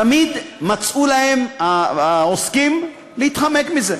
תמיד מצאו להם, העוסקים, דרך להתחמק מזה,